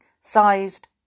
sized